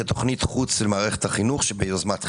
כי זאת תכנית חוץ של מערכת החינוך ביוזמת כי"ל.